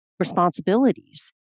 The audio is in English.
responsibilities